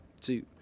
two